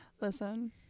Listen